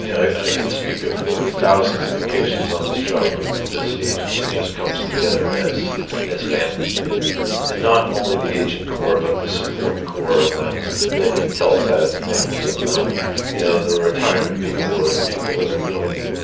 i can speak of of thousands of occasions on this job where this agency just comes together as as family and and not only the agent core but the support core and the the intel side of things and the you know the retirement people or the people that are doing,